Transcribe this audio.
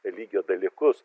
lygio dalykus